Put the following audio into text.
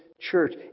church